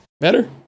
Better